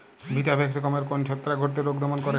Vitavax গমের কোন ছত্রাক ঘটিত রোগ দমন করে?